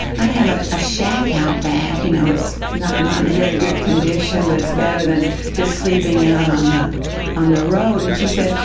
i have a ah shack out back, you know. it's not not in very good condition, but it's better than just sleeping out on the on the road, and she said,